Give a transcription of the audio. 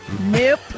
Nope